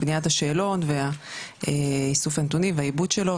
בניית השאלון ואיסוף הנתונים והעיבוד שלו,